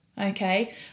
okay